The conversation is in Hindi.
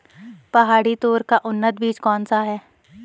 पहाड़ी तोर का उन्नत बीज कौन सा है?